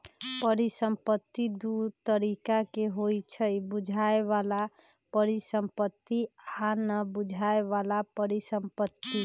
परिसंपत्ति दु तरिका के होइ छइ बुझाय बला परिसंपत्ति आ न बुझाए बला परिसंपत्ति